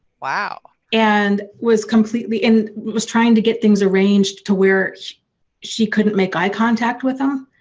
wow. and was completely in. was trying to get things arranged to where she couldn't make eye contact with him,